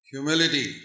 Humility